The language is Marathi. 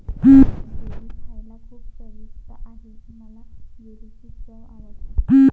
जेली खायला खूप चविष्ट आहे मला जेलीची चव आवडते